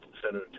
Senator